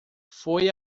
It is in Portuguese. foi